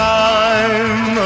time